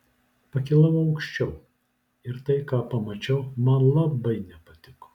pakilau aukščiau ir tai ką pamačiau man labai nepatiko